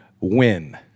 win